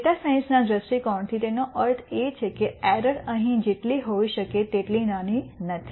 data science ના દૃષ્ટિકોણથી તેનો અર્થ એ છે કે એરર અહીં જેટલી હોઈ શકે તેટલી નાની નથી